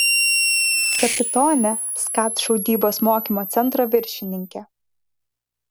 kapitonė skat šaudybos mokymo centro viršininkė